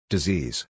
Disease